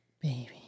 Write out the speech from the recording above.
Baby